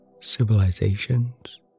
civilizations